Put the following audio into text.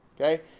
Okay